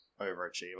Overachiever